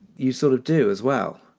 you sort of do as well.